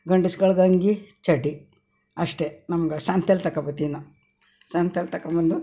ಗಂಡಸ್ಗಳ್ಗೆ ಅಂಗಿ ಚಡ್ಡಿ ಅಷ್ಟೇ ನಮ್ಗೆ ಸಂತೆಯಲ್ಲಿ ತಗೊಂಡ್ಬತ್ತೀವಿ ನಾವು ಸಂತೆಯಲ್ಲಿ ತಗೊಂಡ್ಬಂದು